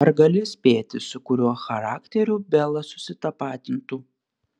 ar gali spėti su kuriuo charakteriu bela susitapatintų